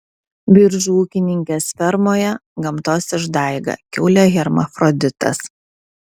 biržų ūkininkės fermoje gamtos išdaiga kiaulė hermafroditas